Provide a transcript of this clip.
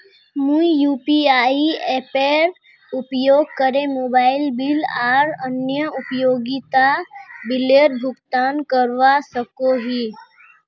मुई यू.पी.आई एपेर उपयोग करे मोबाइल बिल आर अन्य उपयोगिता बिलेर भुगतान करवा सको ही